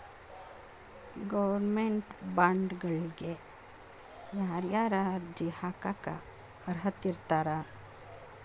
Government ಬಾಂಡ್ಗಳಿಗ ಯಾರ್ಯಾರ ಅರ್ಜಿ ಹಾಕಾಕ ಅರ್ಹರಿರ್ತಾರ?